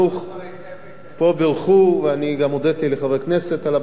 פה בירכו, ואני גם הודיתי לחברי הכנסת על הברכות.